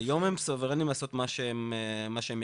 כיום, הם סוברנים לעשות מה שהם יחליטו.